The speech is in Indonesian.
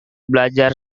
belajar